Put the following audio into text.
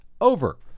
over